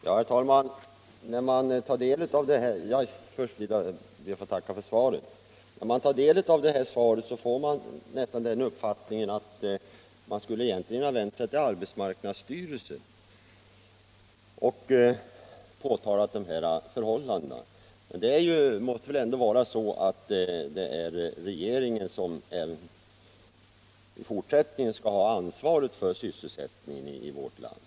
Herr talman! Först ber jag att få tacka arbetsmarknadsministern för svaret. När man tar del av det får man nästan uppfattningen att man egentligen skulle ha vänt sig till arbetsmarknadsstyrelsen och påtalat de här förhållandena. Men det måste väl ändå vara regeringen som även i fortsättningen skall ha ansvaret för sysselsättningen i vårt land.